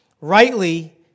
rightly